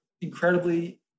incredibly